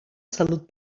salut